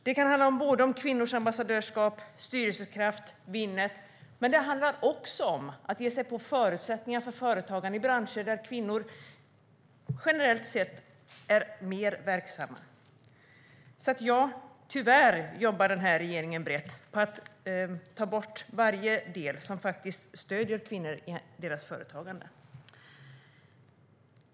Det kan handla om kvinnors ambassadörskap, Styrelsekraft och Winnet, men det handlar också om att ge sig på förutsättningar för företagande i branscher där kvinnor generellt sett är mer verksamma. Ja, regeringen jobbar tyvärr brett - på att ta bort varje del som faktiskt stöder kvinnor i deras företagande.